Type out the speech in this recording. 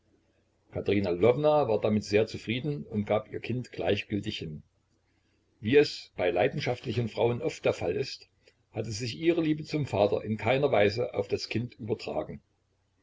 lwowna war damit sehr zufrieden und gab ihr kind gleichgültig hin wie es bei leidenschaftlichen frauen oft der fall ist hatte sich ihre liebe zum vater in keiner weise auf das kind übertragen